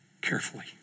carefully